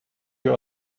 you